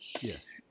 Yes